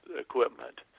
equipment